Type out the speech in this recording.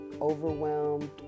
overwhelmed